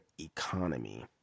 economy